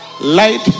light